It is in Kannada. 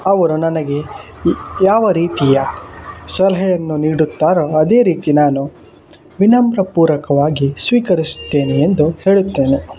ಅವರು ನನಗೆ ಯಾವ ರೀತಿಯ ಸಲಹೆಯನ್ನು ನೀಡುತ್ತಾರೋ ಅದೇ ರೀತಿ ನಾನು ವಿನಮ್ರ ಪೂರ್ವಕವಾಗಿ ಸ್ವೀಕರಿಸುತ್ತೇನೆ ಎಂದು ಹೇಳುತ್ತೇನೆ